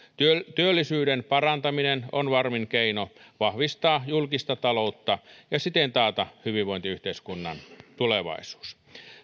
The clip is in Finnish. työllisyyden parantaminen on varmin keino vahvistaa julkista taloutta ja siten taata hyvinvointiyhteiskunnan tulevaisuus